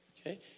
Okay